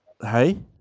hey